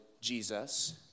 Jesus